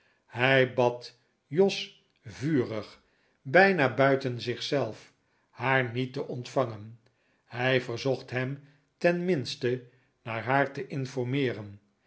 hij bad jos vurig bijna buiten zichzelf haar niet te ontvangen hij verzocht hem ten minste naar haar te informeeren